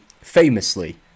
famously